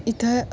इथं